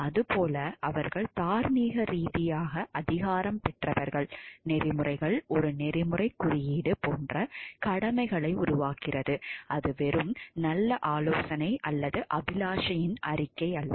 அதுபோல அவர்கள் தார்மீக ரீதியாக அதிகாரம் பெற்றவர்கள் நெறிமுறைகள் ஒரு நெறிமுறைக் குறியீடு போன்ற கடமைகளை உருவாக்குகிறது அது வெறும் நல்ல ஆலோசனை அல்லது அபிலாஷையின் அறிக்கை அல்ல